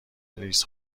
لیز